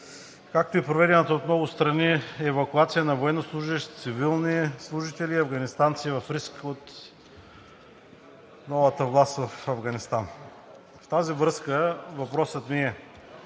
както и проведената от много страни евакуация на военнослужещи цивилни служители, афганистанци в риск от новата власт в Афганистан. В тази връзка въпросът ми е: